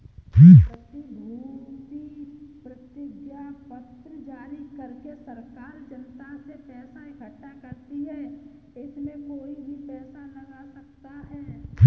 प्रतिभूति प्रतिज्ञापत्र जारी करके सरकार जनता से पैसा इकठ्ठा करती है, इसमें कोई भी पैसा लगा सकता है